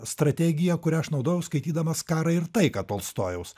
strategiją kurią aš naudojau skaitydamas karą ir taiką tolstojaus